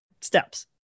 steps